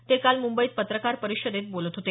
ते काल मुंबईत पत्रकार परिषदेत बोलत होते